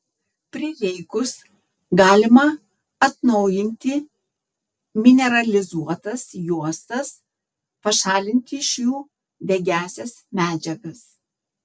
prireikus galima atnaujinti mineralizuotas juostas pašalinti iš jų degiąsias medžiagas